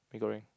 Mee-Goreng